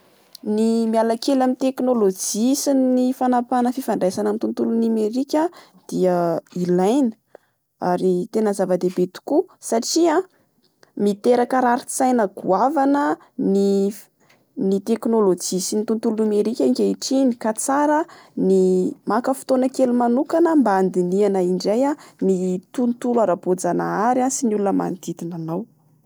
Ny miala kely amin'ny teknolojia sy ny fanapahana fifandraisana amin'ny tontolo nomerika dia ilaina ary tena zavadehibe tokoa. Satria miteraka rarin-tsaina goavana ny-ny teknolojia sy ny tontolo nomerika ankehitriny. Ka tsara ny maka fotoana kely manokana mba andinihana indray ny tontolo ara-boajanahary sy ny olona manodidina anao